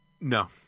No